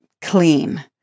clean